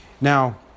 Now